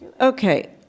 Okay